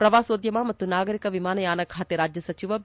ಪ್ರವಾಸೋದ್ಯಮ ಮತ್ತು ನಾಗರಿಕ ವಿಮಾನಯಾನ ಖಾತೆ ರಾಜ್ಯ ಸಚಿವ ಬಿ